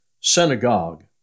synagogue